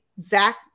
Zach